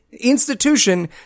institution